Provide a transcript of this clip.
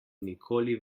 nikoli